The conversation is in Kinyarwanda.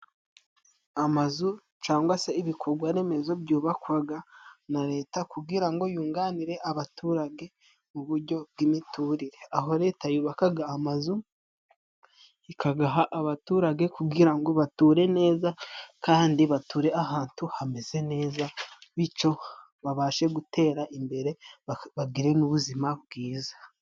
Amazu cangwa se ibikogwa remezo byubakwaga na leta kugirango yunganire abaturage mu bujyo bw'imiturire. Aho leta yubakaga amazu ikagaha abaturage, kugira ngo bature neza kandi bature ahantu hameze neza, bico babashe gutera imbere bagire n'ubuzima bwiza.